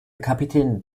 kapitän